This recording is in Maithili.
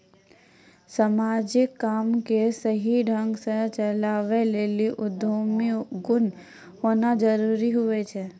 समाजिक काम के सही ढंग से चलावै लेली उद्यमी गुण होना जरूरी हुवै छै